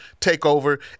Takeover